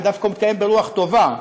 והוא דווקא מתקיים ברוח טובה,